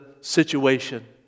situation